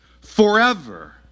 forever